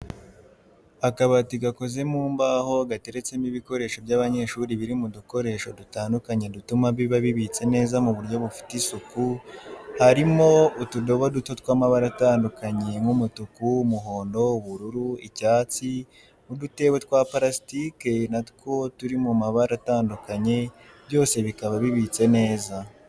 Akabati gakoze mu mbaho gateretsemo ibikoresho by'abanyeshuri biri mu dukoresho dutandukanye dutuma biba bibitse neza mu buryo bufite isuku harimo utudobo duto tw'amabara atandukanye nk'umutuku, umuhondo, ubururu ,icyatsi, udutebo twa parasitiki natwo turi mu mabara atandukanye byose bikaba bibitse neza.